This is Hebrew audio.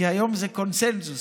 כי היום זה קונסנזוס.